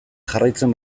jarraitzen